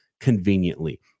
conveniently